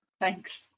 Thanks